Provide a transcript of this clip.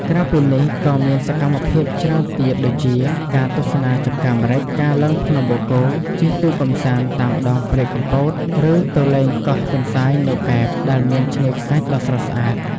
ក្រៅពីនេះ ក៏មានសកម្មភាពជាច្រើនទៀតដូចជា ការទស្សនាចម្ការម្រេច ការឡើងភ្នំបូកគោ ជិះទូកកម្សាន្តតាមដងព្រែកកំពត ឬទៅលេងកោះទន្សាយនៅកែប ដែលមានឆ្នេរខ្សាច់ដ៏ស្រស់ស្អាត។